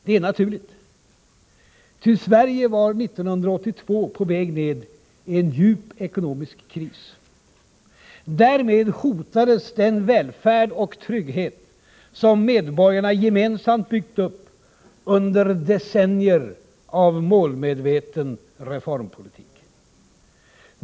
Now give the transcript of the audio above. Det är naturligt, ty Sverige var 1982 på väg ned i en djup kris. Därmed hotades den välfärd och trygghet som medborgarna gemensamt byggt upp under decennier av målmedveten reformpolitik.